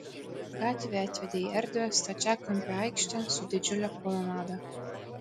gatvė atvedė į erdvią stačiakampę aikštę su didžiule kolonada